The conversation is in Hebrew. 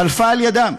חלפה על ידם.